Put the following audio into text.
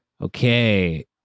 Okay